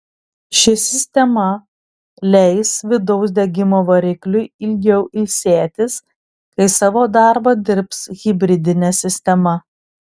ši sistema leis vidaus degimo varikliui ilgiau ilsėtis kai savo darbą dirbs hibridinė sistema